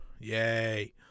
Yay